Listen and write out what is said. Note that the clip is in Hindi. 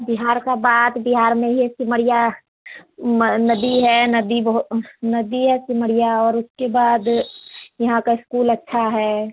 बिहार की बात बिहार में ही एक सिमरिया नदी है नदी बहुत नदी है सिमरिया और उसके बाद यहाँ का स्कूल अच्छा है